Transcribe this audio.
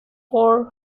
four